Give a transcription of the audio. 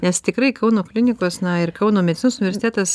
nes tikrai kauno klinikos na ir kauno medicinos universitetas